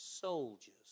Soldiers